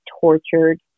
tortured